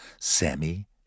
Sammy